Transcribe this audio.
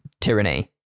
Tyranny